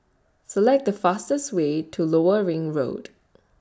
Select The fastest Way to Lower Ring Road